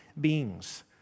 beings